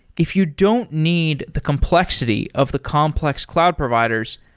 if you don't need the complexity of the complex cloud providers,